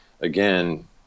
again